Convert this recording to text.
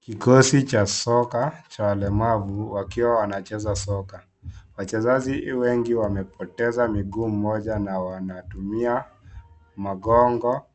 Kikosi cha soka cha walemavu wakiwa wanacheza soka. wachezaji wengi wamepoteza miguu mmoja na wanatumia mgongo